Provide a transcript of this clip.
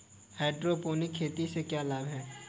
Hydroponic खेती से क्या लाभ हैं?